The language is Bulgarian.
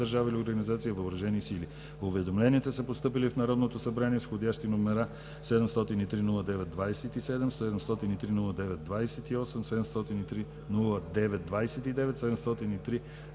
държава или организация, въоръжени сили. Уведомленията са постъпили в Народното събрание с вх. №№ 703-09-27; 703-09-28, 703-09-29, 703-09-30,